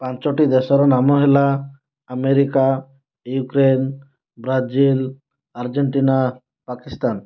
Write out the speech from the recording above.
ପାଞ୍ଚୋଟି ଦେଶର ନାମ ହେଲା America Ukraine Brazil Argentina Pakistan